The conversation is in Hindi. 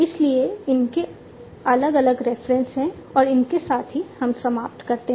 इसलिए इनके अलग अलग रेफरेंसेस है और इसके साथ ही हम समाप्त करते हैं